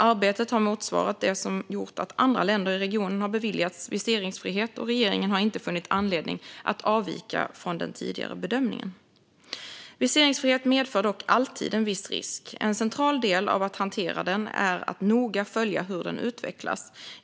Arbetet har motsvarat det som gjort att andra länder i regionen har beviljats viseringsfrihet, och regeringen har inte funnit anledning att avvika från den tidigare bedömningen. Viseringsfrihet medför dock alltid en viss risk. En central del av att hantera den är att noga följa hur den utvecklas.